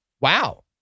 Wow